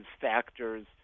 factors